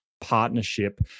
partnership